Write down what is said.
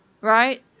right